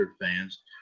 fans